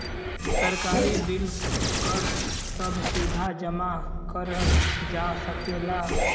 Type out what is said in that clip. सरकारी बिल कर सभ सीधा जमा करल जा सकेला